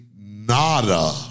nada